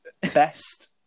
best